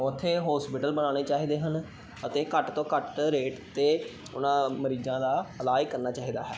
ਉੱਥੇ ਹੋਸਪਿਟਲ ਬਣਾਉਣੇ ਚਾਹੀਦੇ ਹਨ ਅਤੇ ਘੱਟ ਤੋਂ ਘੱਟ ਰੇਟ 'ਤੇ ਉਹਨਾਂ ਮਰੀਜ਼ਾਂ ਦਾ ਇਲਾਜ ਕਰਨਾ ਚਾਹੀਦਾ ਹੈ